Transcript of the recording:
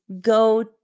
go